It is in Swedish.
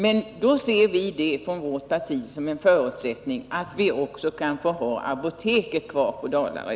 Men en förutsättning för det är, som vi från vårt parti ser det, att vi får behålla apoteket på Dalarö.